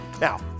Now